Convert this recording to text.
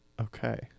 Okay